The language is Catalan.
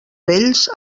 vells